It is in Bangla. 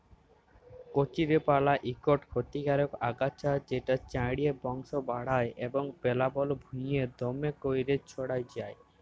কচুরিপালা ইকট খতিকারক আগাছা যেট চাঁড়ে বংশ বাঢ়হায় এবং পেলাবল ভুঁইয়ে দ্যমে ক্যইরে ছইড়াই যায়